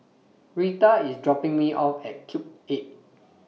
Reta IS dropping Me off At Cube eight